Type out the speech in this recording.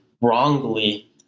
wrongly